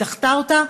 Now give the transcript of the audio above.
אלא דחתה את הדיון,